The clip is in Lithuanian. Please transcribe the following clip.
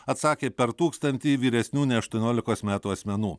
atsakė per tūkstantį vyresnių nei aštuoniolikos metų asmenų